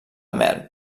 mel